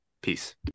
Peace